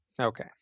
Okay